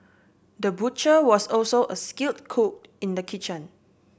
the butcher was also a skilled cook in the kitchen